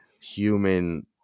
human